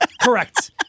correct